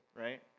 right